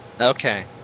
Okay